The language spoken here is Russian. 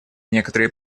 некоторые